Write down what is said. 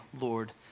Lord